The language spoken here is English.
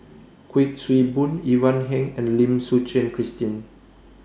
Kuik Swee Boon Ivan Heng and Lim Suchen Christine